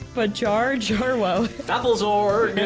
but charged her whoa apples or